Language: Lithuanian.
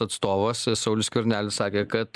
atstovas saulius skvernelis sakė kad